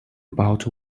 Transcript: about